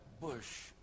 bush